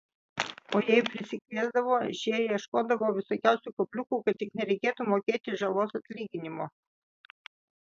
o jei prisikviesdavo šie ieškodavo visokiausių kabliukų kad tik nereikėtų mokėti žalos atlyginimo